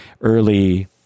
early